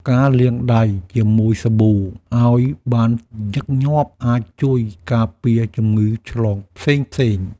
ការលាងដៃជាមួយសាប៊ូឱ្យបានញឹកញាប់អាចជួយការពារជំងឺឆ្លងផ្សេងៗ។